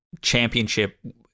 championship